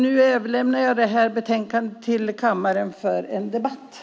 Nu överlämnar jag ärendet till debattörerna.